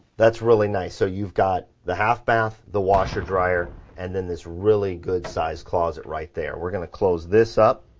that's really nice. so you've got the half bath, the washer dryer, and then this really good size closet right there. we're going to close this up.